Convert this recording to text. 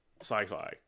sci-fi